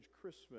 Christmas